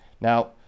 Now